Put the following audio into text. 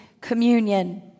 Communion